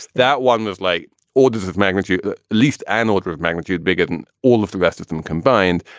that one was late orders of magnitude, at least an order of magnitude bigger than all of the rest of them combined.